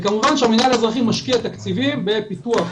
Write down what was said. כמובן שהמנהל האזרחי משקיע תקציבים בפיתוח